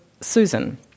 Susan